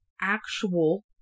actual